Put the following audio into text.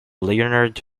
leonard